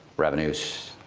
revenues,